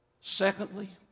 Secondly